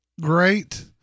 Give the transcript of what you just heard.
great